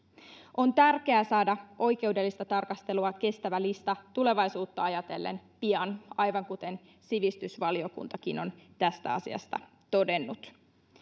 on tärkeää saada oikeudellista tarkastelua kestävä lista tulevaisuutta ajatellen pian aivan kuten sivistysvaliokuntakin on tästä asiasta todennut